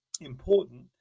important